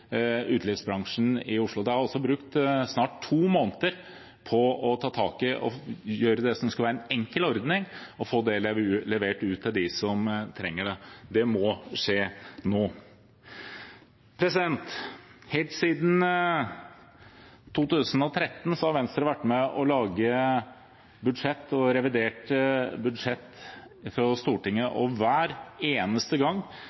utelivsbransjen. Det har man snart brukt to måneder på å ta tak i og gjøre – det som skulle være en enkel ordning – og få det levert ut til dem som trenger det. Det må skje nå. Helt siden 2013 har Venstre vært med og laget budsjett og revidert budsjett for Stortinget. Hver eneste gang